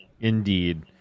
indeed